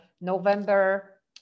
November